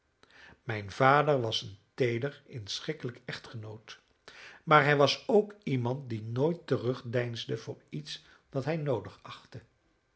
mijn vader was een teeder inschikkelijk echtgenoot maar hij was ook iemand die nooit terugdeinsde voor iets dat hij noodig achtte